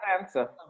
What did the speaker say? answer